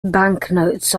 banknotes